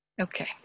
Okay